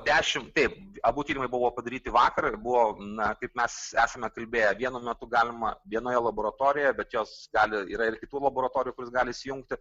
dešimt taip abu tyrimai buvo padaryti vakar buvo na kaip mes esame kalbėję vienu metu galima vienoje laboratorijoje bet jos gali yra ir kitų laboratorijų kurios gali įsijungti